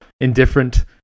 indifferent